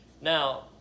Now